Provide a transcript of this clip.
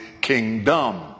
kingdom